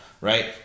right